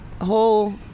whole